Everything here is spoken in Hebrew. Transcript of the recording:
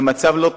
במצב לא טוב,